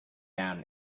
down